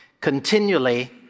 continually